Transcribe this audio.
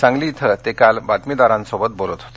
सांगली क्रिं ते काल बातमीदारांसोबत बोलत होते